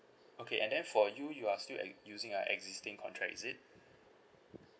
okay and then for you you are still at using a existing contract is it